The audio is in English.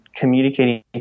communicating